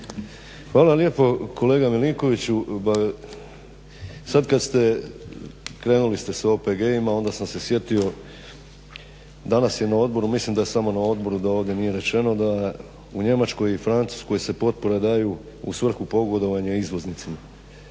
Hvala lijepo kolega Milinkoviću. Sad kad ste, krenuli ste s OPG-ima, onda sam se sjetio danas je na odboru, mislim da je samo na odboru da ovdje nije nerečeno, da u Njemačkoj i Francuskoj se potpore daju u svrhu pogodovanja izvoznicima.